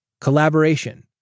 Collaboration